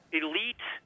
elite